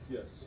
Yes